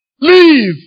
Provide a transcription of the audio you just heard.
leave